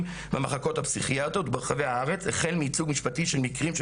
במחלקות הפסיכיאטריות ברחבי הארץ - החל מייצוג משפטי של מקרים של